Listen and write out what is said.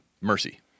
Mercy